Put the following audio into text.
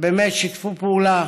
שבאמת שיתפו פעולה,